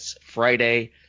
Friday